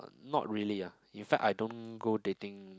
not really ah in fact I don't go dating